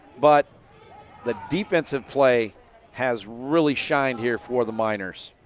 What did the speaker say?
but the defensive play has really shined here for the miners.